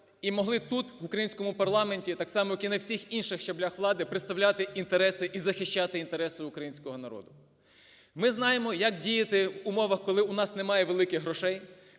і могли тут, в українському парламенті, так само, як і на всіх інших щаблях влади, представляти інтереси і захищати інтереси українського народу. Ми знаємо, як діяти в умовах, коли у нас немає великих грошей,